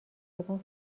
بوم